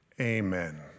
Amen